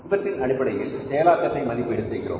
இவற்றின் அடிப்படையில் செயலாக்கத்தை மதிப்பீடு செய்கிறோம்